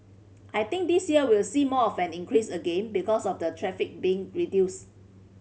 I think this year we'll see more of an increase again because of the tariff being reduce